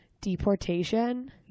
deportation